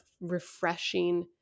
refreshing